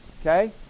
Okay